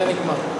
וזה נגמר.